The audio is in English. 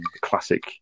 classic